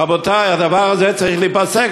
רבותי, הדבר הזה צריך להיפסק.